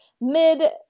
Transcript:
mid